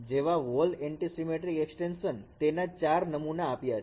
જેવા વોલ antisymmetric extension તેના ચાર નમૂના આપ્યા છે